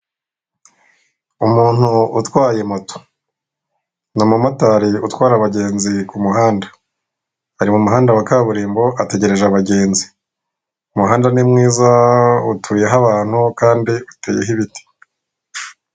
Umuntu utwaye moto ni umumotari utwara abagenzi ku muhanda, ari mu muhanda wa kaburimbo ategereje abagenzi, umuhanda ni mwiza utuyeho abantu kandi uteyeho ibiti.